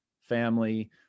family